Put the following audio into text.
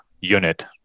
unit